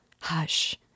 hush